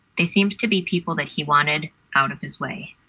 they seemed to be people that he wanted out of his way.